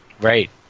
Right